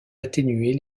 atténuer